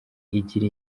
igira